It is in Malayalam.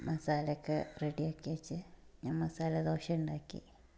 മസാല ഒക്കെ റെഡിയാക്കിയേച്ച് ഞാൻ മസാലദോശ ഉണ്ടാക്കി